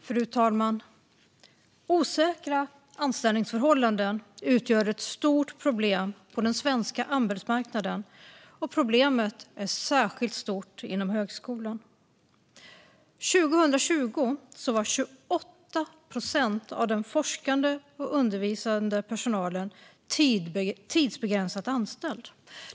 Fru talman! Osäkra anställningsförhållanden utgör ett stort problem på den svenska arbetsmarknaden, och problemet är särskilt stort inom högskolan. År 2020 var 28 procent av den forskande och undervisande personalen tidsbegränsat anställd.